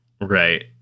Right